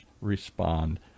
respond